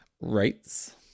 Rights